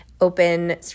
open